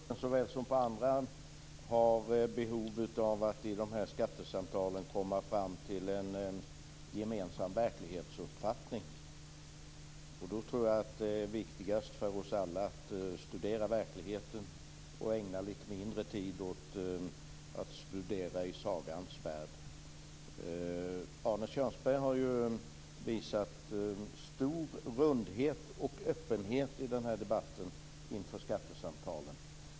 Fru talman! Det är uppenbart att vi på den här punkten såväl som på andra punkter i skattesamtalen har behov att komma fram till en gemensam verklighetsuppfattning. Då är det viktigast för oss alla att studera verkligheten och ägna lite mindre tid åt att studera sagans värld. Arne Kjörnsberg har ju inför skattesamtalen visat stor öppenhet i den här debatten.